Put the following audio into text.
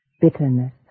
Bitterness